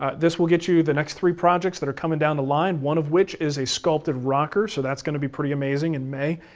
ah this will get you the next three projects that are coming down the line, one of which is a sculpted rocker, so that's going to be pretty amazing in may.